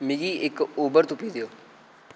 मिगी इक उबर तुप्पी देओ